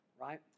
right